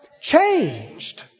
changed